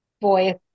voice